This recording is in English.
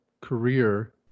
career